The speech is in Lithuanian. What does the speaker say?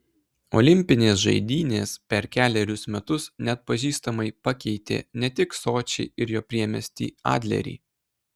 olimpinės žaidynės per kelerius metus neatpažįstamai pakeitė ne tik sočį ir jo priemiestį adlerį